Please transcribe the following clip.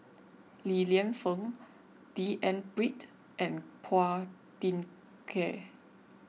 Li Lienfung D N Pritt and Phua Thin Kiay